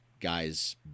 guy's